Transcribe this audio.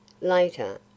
Later